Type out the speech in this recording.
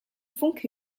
funke